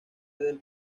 del